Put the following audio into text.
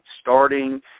starting